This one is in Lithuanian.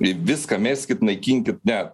į viską meskit naikinkit ne